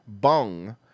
bung